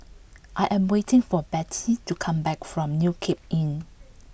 I am waiting for Bette to come back from New Cape Inn